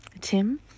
Tim